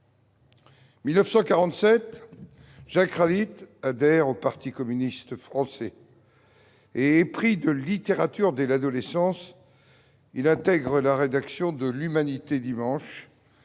En 1947, Jack Ralite adhère au parti communiste français. Épris de littérature dès l'adolescence, il intègre la rédaction de dont il